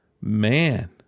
Man